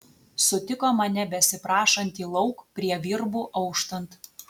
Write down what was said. sutiko mane besiprašantį lauk prie virbų auštant